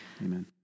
Amen